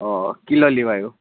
অঁ কি ল'লি বাৰু